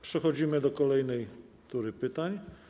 Przechodzimy do kolejnej tury pytań.